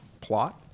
plot